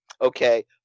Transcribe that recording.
Okay